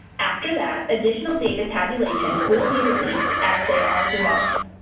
after that, additional data tabulations will be released as they are developed.